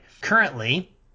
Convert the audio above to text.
Currently